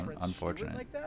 Unfortunate